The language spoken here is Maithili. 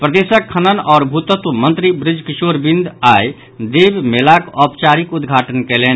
प्रदेशक खनन आओर भूतत्व मंत्री बुजकिशोर बिंद आइ देव मेलाक औपचारिक उद्घाटन कयलनि